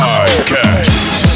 Podcast